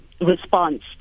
response